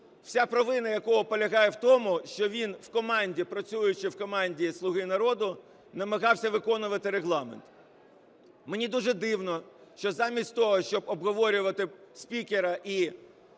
вся провина якого полягає в тому, що він, працюючи в команді "Слуга народу", намагався виконувати Регламент. Мені дуже дивно, що замість того, щоб обговорювати спікера і